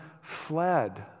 fled